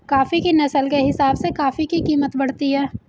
coffee की नस्ल के हिसाब से कॉफी की कीमत बढ़ती है